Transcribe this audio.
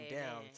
down